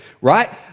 Right